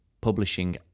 publishing